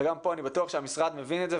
וגם פה אני בטוח שהמשרד מבין את זה,